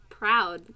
proud